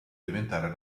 diventare